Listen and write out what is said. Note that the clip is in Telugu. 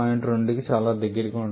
2 కి చాలా దగ్గరగా ఉంటుంది